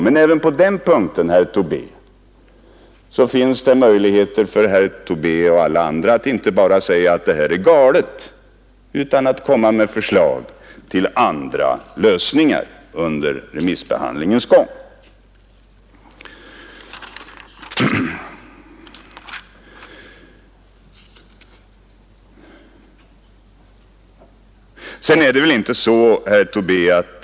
Men även på den punkten, herr Tobé, finns möjligheter för Er och alla andra att inte bara säga att det här är galet, utan också att komma med förslag till andra lösningar under remissbehandlingens gång.